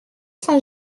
saint